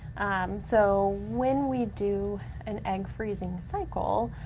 so when we do an egg freezing cycle,